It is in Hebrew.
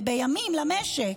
ובימים למשק,